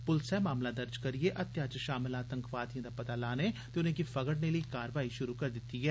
पुलसै मामला दर्ज करियै हत्या च शामल आतंकवादिए दा पता लाने ते उनेंगी फगड़ने लेई कारवाई शुरू करी दित्ती ऐ